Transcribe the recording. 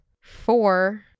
four